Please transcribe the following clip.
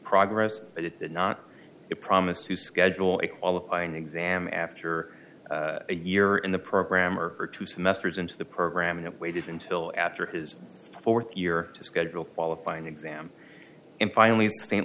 progress but it did not promise to schedule a qualifying exam after a year in the program or for two semesters into the program and it waited until after his fourth year to schedule qualifying exam and finally st